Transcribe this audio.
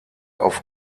auf